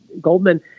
Goldman